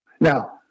Now